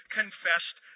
confessed